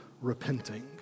repenting